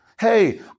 Hey